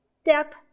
step